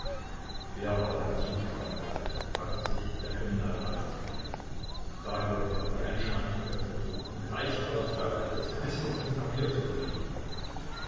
wer war der besucher spangenbergs fragte sich der kriminalbeamte da hörte er wie ein schrank geöffnet wurde und gleich darauf glaubte er das knistern von papier zu vernehmen